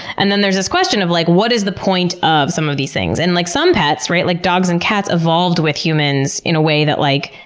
and then there's this question of like what is the point of some of these things? and like some pets, right? like, dogs and cats evolved with humans in a way that, like,